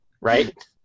right